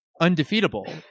undefeatable